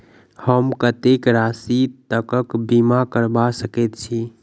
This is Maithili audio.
हम कत्तेक राशि तकक बीमा करबा सकैत छी?